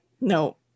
No